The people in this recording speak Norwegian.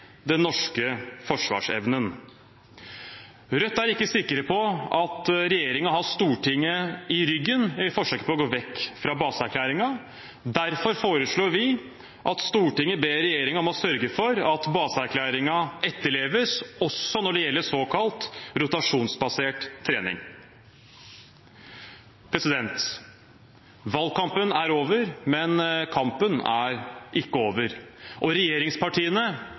den norske forsvarsevnen. Rødt er ikke sikre på at regjeringen har Stortinget i ryggen i forsøket på å gå vekk fra baseerklæringen. Derfor foreslår vi at Stortinget ber regjeringen om å sørge for at baseerklæringen etterleves, også når det gjelder såkalt rotasjonsbasert trening. Valgkampen er over, men kampen er ikke over. Regjeringspartiene